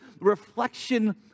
reflection